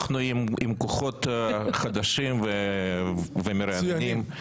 אנחנו עם כוחות חדשים ומרעננים,